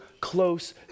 close